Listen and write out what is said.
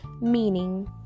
Meaning